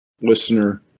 listener